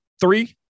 three